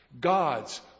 God's